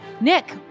Nick